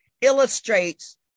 illustrates